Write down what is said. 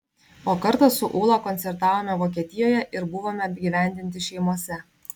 o kartą su ūla koncertavome vokietijoje ir buvome apgyvendinti šeimose